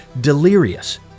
delirious